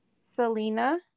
selena